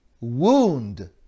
wound